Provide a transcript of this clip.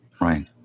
Right